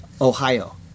Ohio